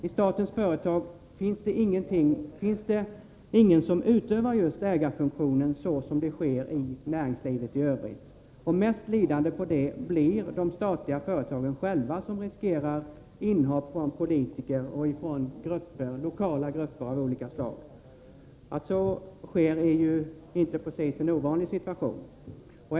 I statens företag finns det ingen som utövar ägarfunktionen så som i näringslivet i övrigt. Mest lidande på det förhållandet blir de statliga företagen själva, som riskerar inhopp av politiker och från lokala grupper av olika slag. Att så sker är inte precis något ovanligt.